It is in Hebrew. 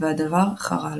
והדבר חרה לו.